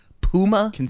Puma